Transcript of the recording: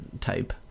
type